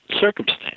circumstance